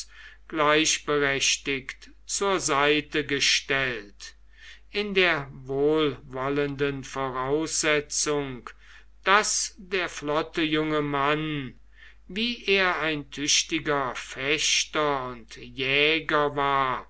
gleichberechtigt zur seite gestellt in der wohlwollenden voraussetzung daß der flotte junge mann wie er ein tüchtiger fechter und jäger war